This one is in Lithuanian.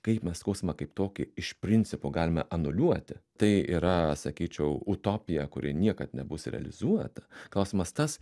kaip mes skausmą kaip tokį iš principo galime anuliuoti tai yra sakyčiau utopija kuri niekad nebus realizuota klausimas tas